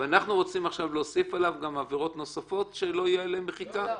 ואנחנו רוצים עכשיו להוסיף עליו גם עבירות נוספות שלא יהיה עליהן מחיקה?